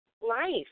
life